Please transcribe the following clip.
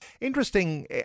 interesting